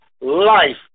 life